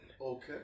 Okay